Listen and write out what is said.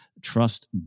trust